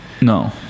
No